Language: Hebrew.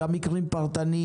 גם מקרים פרטניים,